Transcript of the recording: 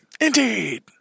indeed